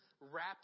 wrap